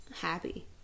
happy